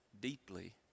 deeply